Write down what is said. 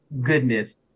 Goodness